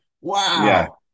Wow